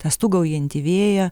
tą stūgaujantį vėją